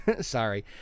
sorry